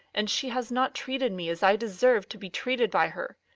and she has not treated me as i deserve to be treated by her.